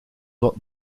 wat